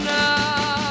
now